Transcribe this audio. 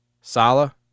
Sala